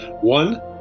One